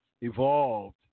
evolved